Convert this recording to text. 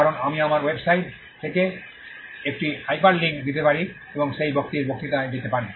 কারণ আমি আমার ওয়েবসাইট থেকে একটি হাইপারলিংক দিতে পারি এবং সেই ব্যক্তির বক্তৃতায় যেতে পারি